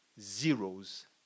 zeros